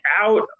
out